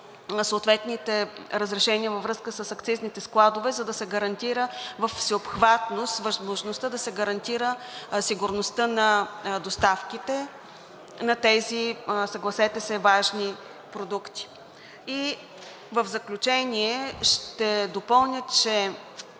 съответните разрешения във връзка с акцизните складове, за да се гарантира всеобхватност, възможността да се гарантира сигурността на доставките на тези, съгласете се, важни продукти. В заключение ще допълня, че